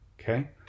okay